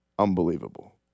Unbelievable